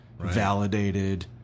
validated